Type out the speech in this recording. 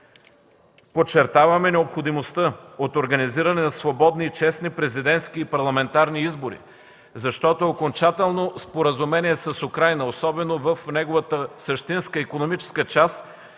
Подчертаваме необходимостта от организиране на свободни и честни президентски и парламентарни избори, защото окончателно споразумение с Украйна, особено в неговата същинска икономическа част,